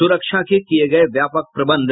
सुरक्षा के किये गये व्यापक प्रबंध